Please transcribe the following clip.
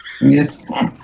Yes